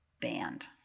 band